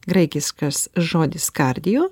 graikiškas žodis kardio